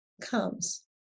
comes